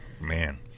Man